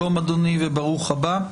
שלום, אדוני, וברוך הבא.